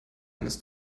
eines